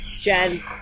Jen